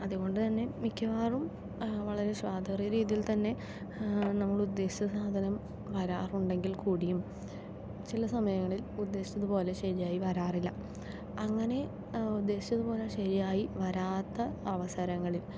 അതുകൊണ്ടുതന്നെ മിക്കവാറും വളരെ സ്വാദേറിയ രീതിയിൽത്തന്നെ നമ്മളുദ്ദേശിച്ച സാധനം വരാറുണ്ടെങ്കിൽക്കൂടിയും ചില സമയങ്ങളിൽ ഉദ്ദേശിച്ചതുപോലെ ശരിയായി വരാറില്ല അങ്ങനെ ഉദ്ദേശിച്ചതുപോലെ ശരിയായി വരാത്ത അവസരങ്ങളിൽ